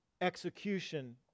execution